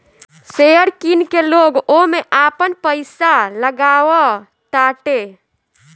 share किन के लोग ओमे आपन पईसा लगावताटे